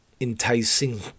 enticing